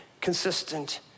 consistent